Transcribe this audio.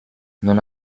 non